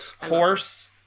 horse